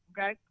Okay